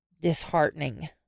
disheartening